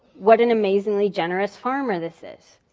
what an amazingly generous farmer this is.